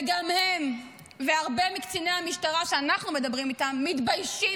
וגם הם והרבה מקציני המשטרה שאנחנו מדברים איתם מתביישים